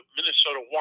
Minnesota